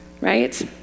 right